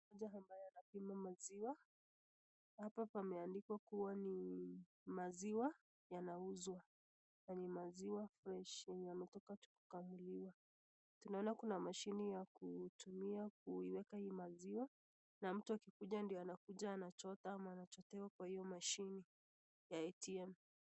Mtu ambaye anapima maziwa .Hapa pameandikwa kuwa ni maziwa yanauzwa. Ni maziwa freshi na yametoka kukamuliwa. Tunaona kuna mashine ya kutumia kuweka hii maziwa na mtu akikuja ndo anakuja anachota ama anachotewa kwa hiyo mashini ya ATM .